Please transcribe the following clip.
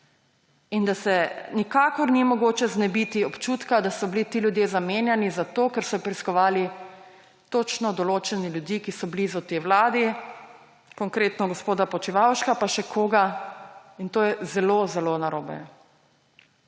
In da se nikakor ni mogoče znebiti občutka, da so bili ti ljudje zamenjani zato, ker so preiskovali točno določene ljudi, ki so blizu tej vladi, konkretno gospoda Počivalška in še koga. In to je zelo zelo narobe.